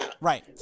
right